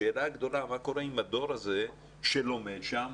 השאלה הגדולה היא מה קורה עם הדור הזה שלומד שם,